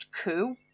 coup